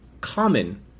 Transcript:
common